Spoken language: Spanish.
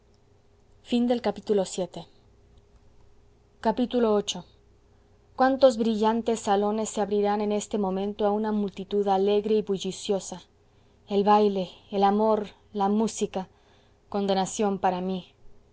cómo vivo viii cuántos brillantes salones se abrirán en este momento a una multitud alegre y bulliciosa el baile el amor la música condenación para mí